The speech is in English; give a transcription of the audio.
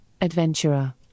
adventurer